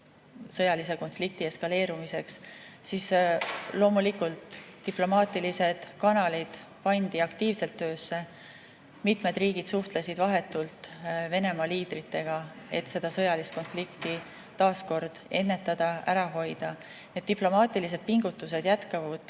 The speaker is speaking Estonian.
sõjalise konflikti eskaleerumiseks on kõrge, loomulikult diplomaatilised kanalid pandi aktiivselt töösse. Mitmed riigid suhtlesid vahetult Venemaa liidritega, et seda sõjalist konflikti taas ennetada, ära hoida. Diplomaatilised pingutused jätkuvad